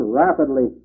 rapidly